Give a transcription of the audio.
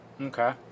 Okay